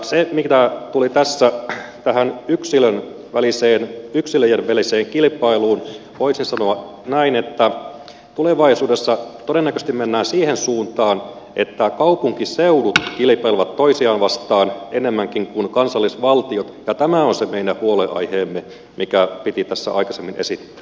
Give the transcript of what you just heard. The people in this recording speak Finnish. siihen mitä tuli tässä tähän yksilöiden väliseen kilpailuun voisi sanoa näin että tulevaisuudessa todennäköisesti mennään siihen suuntaan että kaupunkiseudut kilpailevat toisiaan vastaan enemmänkin kuin kansallisvaltiot ja tämä on se meidän huolenaiheemme mikä piti tässä aikaisemmin esittää